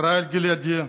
ישראל גלעדי,